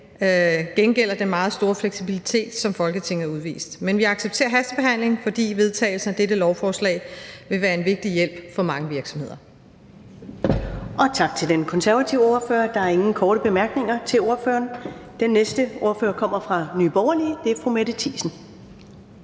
gengælder den meget store fleksibilitet, som Folketinget har udvist. Men vi accepterer hastebehandlingen, fordi vedtagelsen af dette lovforslag vil være en vigtig hjælp for mange virksomheder.